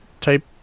type